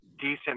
decent